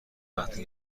وقتی